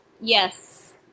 Yes